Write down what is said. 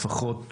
לפחות בעיני,